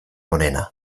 onena